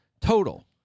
total